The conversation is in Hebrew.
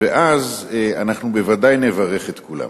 ואז אנחנו בוודאי נברך את כולם.